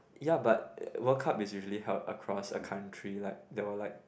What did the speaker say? ya but World Cup is usually held across a country like there were like